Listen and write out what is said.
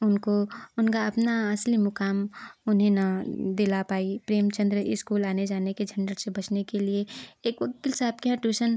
उनको उनका अपना असली मुकाम उन्हें ना दिला पाई प्रेमचन्द्र इस्कूल आने जाने के झंझट से बचने के लिए एक वकील साहब के यहाँ ट्यूसन